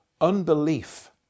unbelief